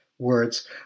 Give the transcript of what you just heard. words